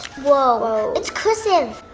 whoa. it's cursive!